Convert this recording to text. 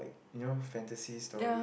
you know fantasy story